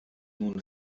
nun